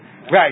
right